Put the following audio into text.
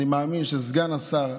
אני מאמין שסגן השר,